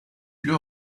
più